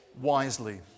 wisely